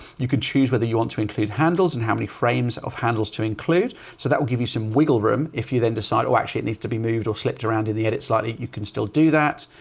you could choose whether you want to include handles, and how many frames of handles to include. so that will give you some wiggle room. if you then decide to actually it needs to be moved or slipped around in the edit slightly, you can still do that.